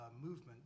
movement